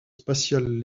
spatiales